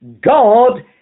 god